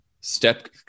step